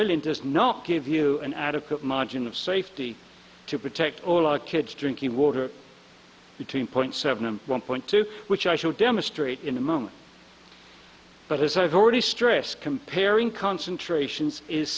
really does not give you an adequate margin of safety to protect all our kids drinking water between point seven and one point two which i should demonstrate in a moment but as i've already stressed comparing concentrations is